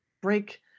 break